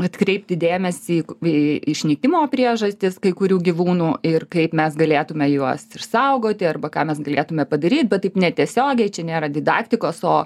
atkreipti dėmesį į išnykimo priežastis kai kurių gyvūnų ir kaip mes galėtume juos išsaugoti arba ką mes galėtume padaryt bet taip netiesiogiai čia nėra didaktikos o